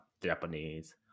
japanese